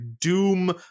doom